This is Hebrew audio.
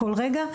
כל רגע.